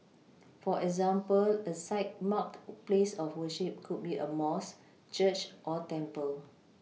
for example a site marked place of worship could be a mosque church or temple